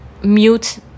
mute